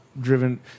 Driven